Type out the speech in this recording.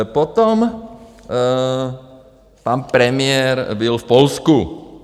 Potom pan premiér byl v Polsku.